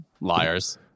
Liars